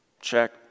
Check